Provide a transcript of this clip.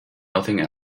nothing